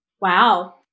Wow